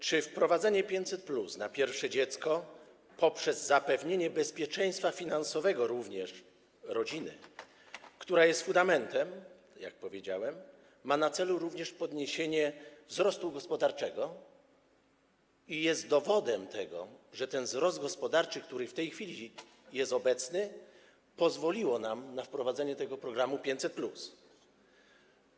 Czy wprowadzenie 500+ na pierwsze dziecko poprzez zapewnienie bezpieczeństwa finansowego również rodzinie, która jest fundamentem, jak powiedziałem, ma na celu również podniesienie wzrostu gospodarczego i jest dowodem tego, że ten wzrost gospodarczy, który w tej chwili jest obecny, pozwolił nam na wprowadzenie tego programu 500+?